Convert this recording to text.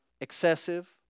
excessive